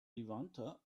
levanter